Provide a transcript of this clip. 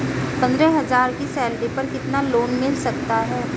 पंद्रह हज़ार की सैलरी पर कितना लोन मिल सकता है?